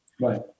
right